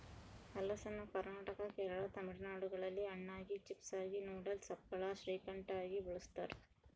ಹಲಸನ್ನು ಕರ್ನಾಟಕ ಕೇರಳ ತಮಿಳುನಾಡುಗಳಲ್ಲಿ ಹಣ್ಣಾಗಿ, ಚಿಪ್ಸಾಗಿ, ನೂಡಲ್ಸ್, ಹಪ್ಪಳ, ಶ್ರೀಕಂಠ ಆಗಿ ಬಳಸ್ತಾರ